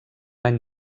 any